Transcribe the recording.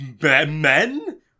Men